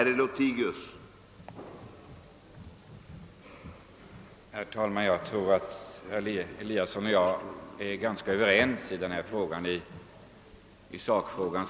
Herr talman! Jag tror att herr Eliasson och jag är ganska överens i själva sakfrågan.